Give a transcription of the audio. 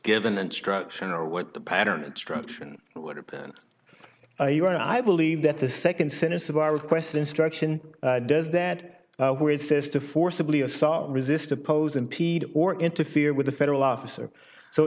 given instruction or what the pattern instruction would have been your i believe that the nd sentence of our request instruction does that where it says to forcibly assault resist oppose impede or interfere with a federal officer so